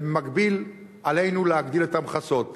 ובמקביל, עלינו להגביל את המכסות.